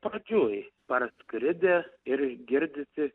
pradžioj parskridę ir girdisi